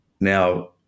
now